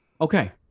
Okay